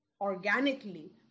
organically